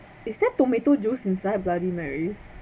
is there tomato juice inside bloody mary